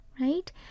right